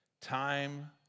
Time